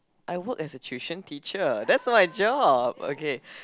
I work as a tuition teacher that's my job okay